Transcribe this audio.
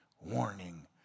warning